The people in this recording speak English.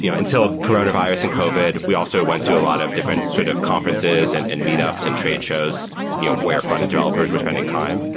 you know until coronavirus and covid, we also went to a lot of different sort of conferences and and meet ups and tradeshows you know where frontend developers were spending time.